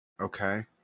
Okay